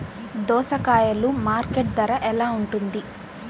దోసకాయలు మార్కెట్ ధర ఎలా ఉంటుంది?